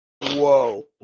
whoa